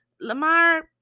Lamar